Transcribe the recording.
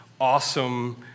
awesome